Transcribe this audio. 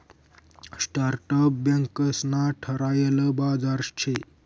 startup banks ना ठरायल बाजार शे